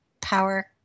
Power